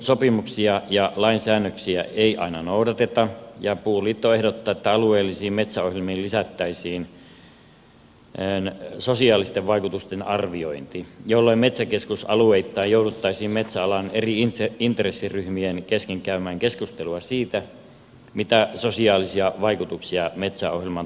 työehtosopimuksia ja lain säännöksiä ei aina noudateta ja puuliitto ehdottaa että alueellisiin metsäohjelmiin lisättäisiin sosiaalisten vaikutusten arviointi jolloin metsäkeskusalueittain jouduttaisiin metsäalan eri intressiryhmien kesken käymään keskustelua siitä mitä sosiaalisia vaikutuksia metsäohjelman toteuttamisella olisi